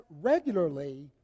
regularly